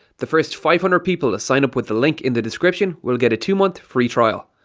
the first five hundred people to sign up with the link and the description will get a two month free trial.